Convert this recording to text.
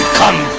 come